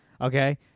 okay